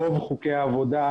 רוב חוקי העבודה,